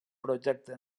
projecte